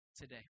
today